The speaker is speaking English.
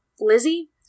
lizzie